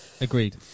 agreed